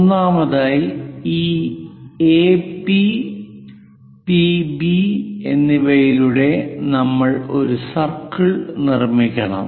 ഒന്നാമതായി ഈ AP PB എന്നിവയിലൂടെ നമ്മൾ ഒരു സർക്കിൾ നിർമ്മിക്കണം